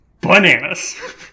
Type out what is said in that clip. bananas